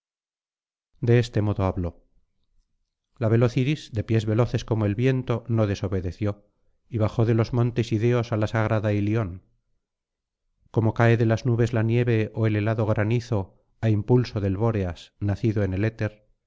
de este modo habló la veloz iris de pies veloces como el viento no desobedeció y bajó de los montes ideos á la sagrada ilion como cae de las nubes la nieve ó el helado granizo á impulso del bóreas nacido en el éter